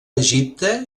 egipte